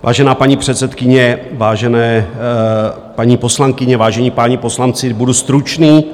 Vážená paní předsedkyně, vážené paní poslankyně, vážení páni poslanci, budu stručný.